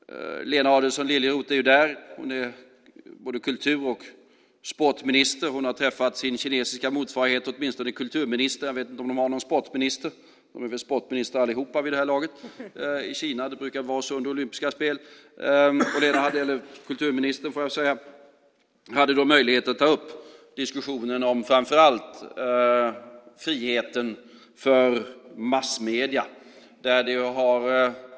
Lena Adelsohn Liljeroth är där. Hon är både kultur och sportminister, och hon har träffat sin kinesiska motsvarighet. Det gäller åtminstone kulturministern. Jag vet inte om de har någon sportminister i Kina. Nu är de väl alla sportministrar vid det här laget. Det brukar vara så under olympiska spel. Kulturministern hade då möjlighet att ta upp diskussionen om framför allt friheten för massmedierna.